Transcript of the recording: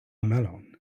melon